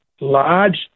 large